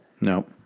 No